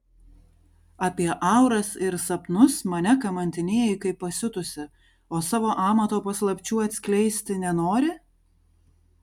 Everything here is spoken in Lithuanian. apie auras ir sapnus mane kamantinėji kaip pasiutusi o savo amato paslapčių atskleisti nenori